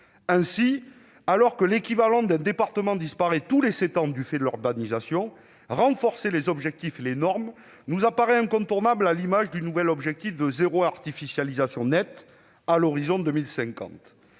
Ainsi, alors que l'équivalent d'un département disparaît tous les sept ans du fait de l'urbanisation, renforcer les objectifs et les normes nous apparaît incontournable, à l'image du « zéro artificialisation nette » prévu à l'horizon 2050.